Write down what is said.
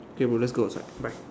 okay bro let's go outside bye